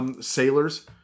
sailors